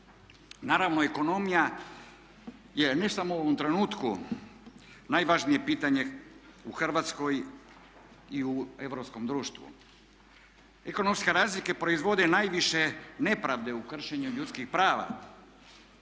naravno ekonomija je ne samo u ovom trenutku najvažnije pitanje u Hrvatskoj i u europskom društvu. Ekonomske razlike proizvode najviše nepravde u kršenju ljudskih prava.